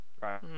Right